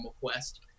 Quest